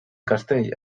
castell